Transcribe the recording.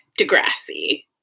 Degrassi